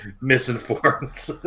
misinformed